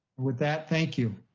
with that, thank you.